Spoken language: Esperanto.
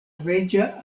reĝa